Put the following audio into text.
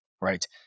right